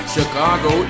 Chicago